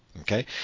okay